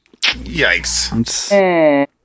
Yikes